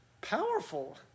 powerful